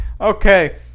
Okay